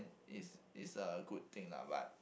is is a good thing lah but